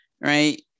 right